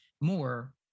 more